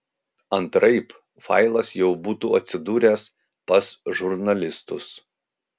antraip failas jau būtų atsidūręs pas žurnalistus